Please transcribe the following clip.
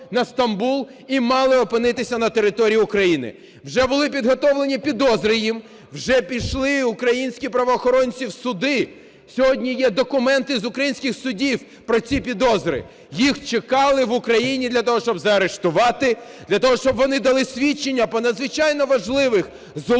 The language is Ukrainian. на Стамбул і мали опинитися на території України. Вже були підготовлені підозри їм, вже пішли українські правоохоронці в суди, сьогодні є документи з українських судів про ці підозри. Їх чекали в Україні для того, щоб заарештувати, для того, щоб вони дали свідчення по надзвичайно важливих злочинах,